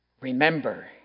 Remember